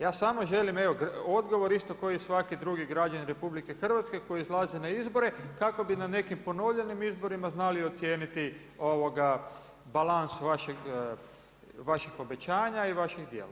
Ja samo želim, evo odgovor, isto ko i svaki drugi građanin RH, koji izlazi na izbore, kako bi na nekim ponovljenim izborima znali ocijeniti balans vašeg obećanja i vaših dijela.